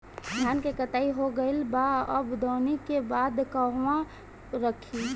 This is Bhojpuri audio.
धान के कटाई हो गइल बा अब दवनि के बाद कहवा रखी?